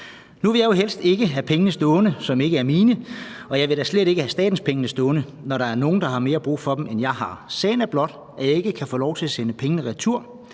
Nu vil jeg jo helst ikke have penge stående, som ikke er mine, og jeg vil da slet ikke have statens penge stående, når der er nogle, der har mere brug for dem, end jeg har. Sagen er blot, at jeg ikke kan få lov til at sende pengene retur.